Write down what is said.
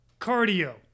cardio